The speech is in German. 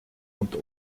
und